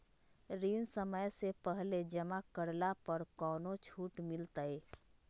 ऋण समय से पहले जमा करला पर कौनो छुट मिलतैय?